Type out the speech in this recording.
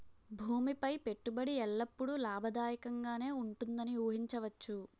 భూమి పై పెట్టుబడి ఎల్లప్పుడూ లాభదాయకంగానే ఉంటుందని ఊహించవచ్చు